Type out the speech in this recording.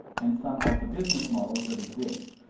and some of the business models that exist,